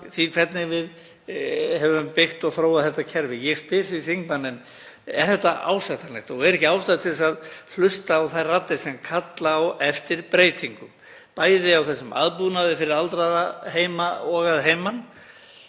því hvernig við höfum byggt og þróað þetta kerfi. Ég spyr því þingmanninn: Er þetta ásættanlegt? Er ekki ástæða til að hlusta á þær raddir sem kalla eftir breytingum, bæði á aðbúnaði fyrir aldraða heima og að heiman